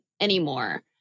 anymore